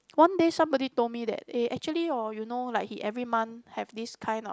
one day somebody told me that eh actually hor you know like he every month have this kind of